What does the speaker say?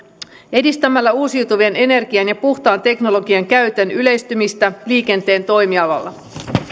edistämällä uusiutuvan energian ja puhtaan teknologian käytön yleistymistä liikenteen toimialalla